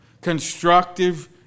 constructive